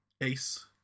Ace